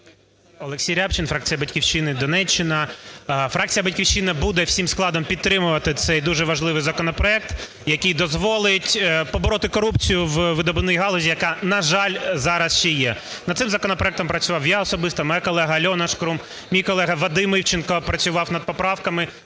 Олексій Рябчин, фракція "Батьківщина", Донеччина. Фракція "Батьківщина" буде всім складом підтримувати цей дуже важливий законопроект, який дозволить побороти корупцію у видобувній галузі, яка, на жаль, зараз ще є. Над цим законопроектом працював я особисто, моя колега Альона Шкрум, мій колега Вадим Івченко працював над поправками.